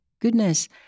goodness